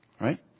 right